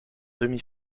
demi